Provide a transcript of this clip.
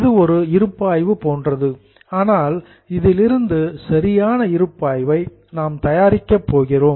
இது ஒரு இருப்பாய்வு போன்றது ஆனால் அதிலிருந்து சரியான இருப்பாய்வை நாம் தயாரிக்கப் போகிறோம்